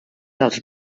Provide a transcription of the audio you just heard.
dels